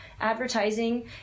advertising